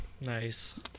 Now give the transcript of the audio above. Nice